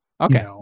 Okay